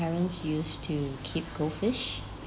parents used to keep goldfish